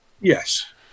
Yes